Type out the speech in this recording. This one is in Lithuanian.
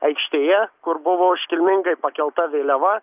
aikštėje kur buvo iškilmingai pakelta vėliava